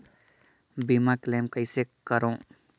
बीमा क्लेम कइसे करों?